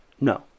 No